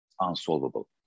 unsolvable